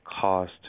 cost